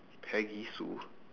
peggy sue